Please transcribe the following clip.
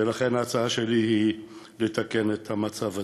ולכן ההצעה שלי היא לתקן את המצב הזה.